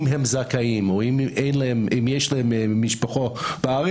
אם הם זכאים או אם יש להם משפחה בארץ,